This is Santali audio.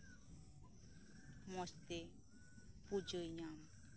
ᱢᱚᱸᱡᱽ ᱛᱮ ᱯᱩᱡᱟᱹᱭ ᱧᱟᱢ